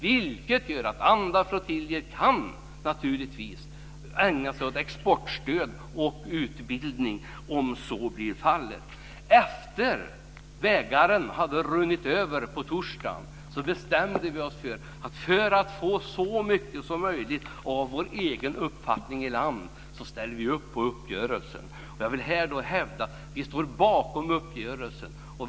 Det gör att andra flottiljer naturligtvis kan ägna sig åt exportstöd och utbildning om så blir fallet. Efter att bägaren hade runnit över på torsdagen bestämde vi oss för att för att få så mycket som möjligt av vår egen uppfattning i land ställer vi upp på uppgörelsen. Jag vill här hävda att vi står bakom uppgörelsen.